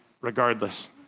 regardless